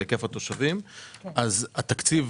תקצוב 2,000 אלפי ש"ח בהוצאה עבור תגבור התקציב